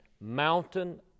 mountain